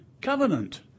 Covenant